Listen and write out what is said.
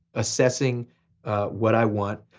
assessing what i want,